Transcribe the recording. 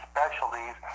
Specialties